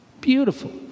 Beautiful